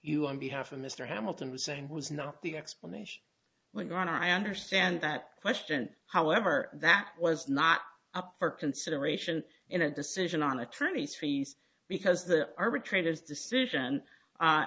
you on behalf of mr hamilton was and was not the explanation went on i understand that question however that was not up for consideration in a decision on attorney's fees because there arbitrator's decision